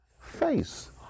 face